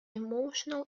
emotional